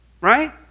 Right